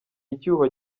icyuho